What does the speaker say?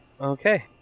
Okay